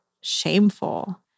shameful